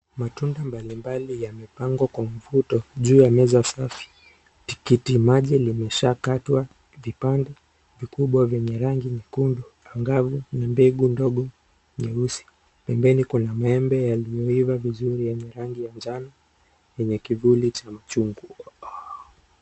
Matunda mbalimbali yamepangwa kwa mvuto juu ya meza safi. Tikitimaji limeshakatwa vipande vikubwa vyenye rangi nyekundu angavu na mbegu ndogo nyeusi. Pembeni kuna maembe yaliyoiva vizuri yenye rangi ya njano yenye kivuli cha chungwa.